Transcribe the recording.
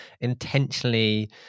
intentionally